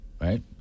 right